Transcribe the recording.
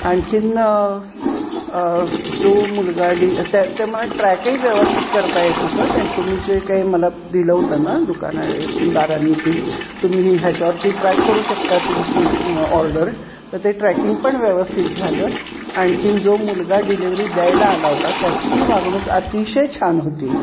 आणखीन जो मुलगा डि त्या ते मला ट्रॅकही व्यवस्थित करता येत होतं ते तुम्ही जे काही मला दिलं होतं ना दुकानदारांनी की तुम्ही ह्याच्यावरती ट्रॅक करू शकता तुमची ऑर्डर तर ते ट्रॅकिंग पण व्यवस्थित झालं आणखीन जो मुलगा डिलेवरी द्यायला आला होता त्याचीही वागणूक अतिशय छान होती